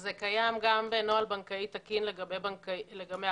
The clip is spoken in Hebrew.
זה קיים גם בנוהל בנקאי תקין לגבי הבנקים,